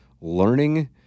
learning